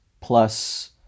plus